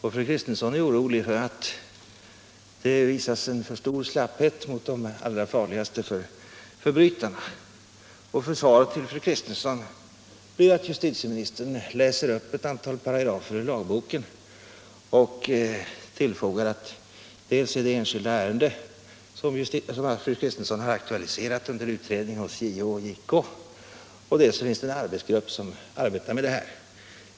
Hon är orolig för att det visas en för stor slapphet mot de allra farligaste förbrytarna. Svaret till fru Kristensson blir att justitieministern läser upp ett antal paragrafer ur lagboken och tillfogar att dels är de ärenden som fru Kristensson har aktualiserat under utredning hos JO och JK, dels finns det en arbetsgrupp som arbetar med detta.